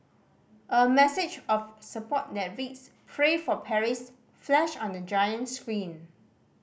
a message of support that reads Pray for Paris flashed on the giant screen